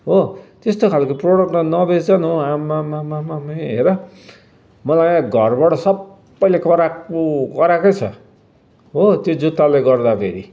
हो त्यस्तो खालको प्रडक्ट त नबेच न हो आमाम्माम ए हेर मलाई यहाँ घरबाट सबैले कराएको कराएकै छ हो त्यो जुत्ताले गर्दा फेरि